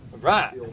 Right